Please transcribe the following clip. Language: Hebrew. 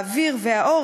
האוויר והאור,